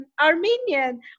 Armenian